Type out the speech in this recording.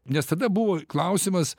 nes tada buvo klausimas